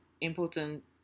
important